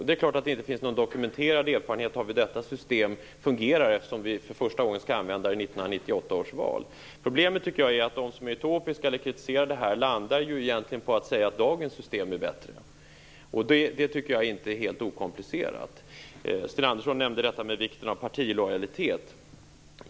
Det är klart att det inte finns någon dokumenterad erfarenhet av hur detta system fungerar, eftersom vi för första gången skall använda det vid 1998 års val. Problemet är att de som kritiserar detta egentligen landar på att säga att dagens system är bättre. Det tycker jag inte är helt okomplicerat. Sten Andersson nämnde vikten av partilojalitet.